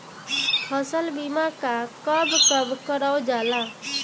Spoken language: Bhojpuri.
फसल बीमा का कब कब करव जाला?